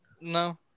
No